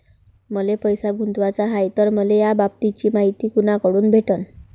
मले पैसा गुंतवाचा हाय तर मले याबाबतीची मायती कुनाकडून भेटन?